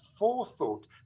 forethought